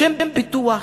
בשם פיתוח,